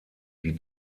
die